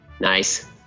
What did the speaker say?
Nice